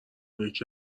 یکی